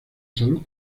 salud